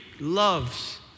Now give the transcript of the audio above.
Loves